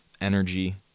energy